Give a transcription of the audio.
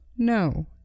No